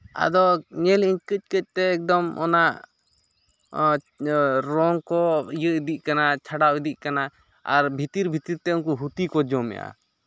ᱟᱫᱚ ᱧᱮᱞ ᱮᱜ ᱟᱹᱧ ᱠᱟᱹᱡ ᱠᱟᱹᱡ ᱛᱮ ᱮᱠᱫᱚᱢ ᱚᱱᱟ ᱨᱚᱝ ᱠᱚ ᱤᱭᱟᱹ ᱤᱫᱚᱜ ᱠᱟᱱᱟ ᱪᱷᱟᱰᱟᱣ ᱤᱫᱤᱜ ᱠᱟᱱᱟ ᱟᱨ ᱵᱷᱤᱛᱤᱨ ᱵᱷᱤᱛᱤᱨ ᱛᱮ ᱩᱱᱠᱩ ᱦᱩᱸᱛᱤ ᱠᱚ ᱡᱚᱢ ᱮᱜᱼᱟ